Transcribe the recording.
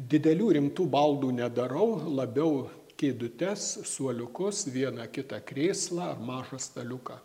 didelių rimtų baldų nedarau labiau kėdutes suoliukus vieną kitą krėslą mažą staliuką